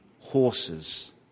horses